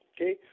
okay